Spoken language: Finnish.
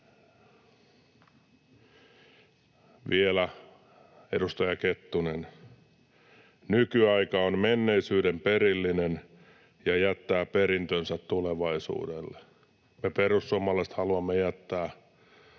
Vielä, edustaja Kettunen: ”Nykyaika on menneisyyden perillinen ja jättää perintönsä tulevaisuudelle.” Me perussuomalaiset haluamme jättää